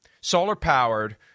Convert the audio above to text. solar-powered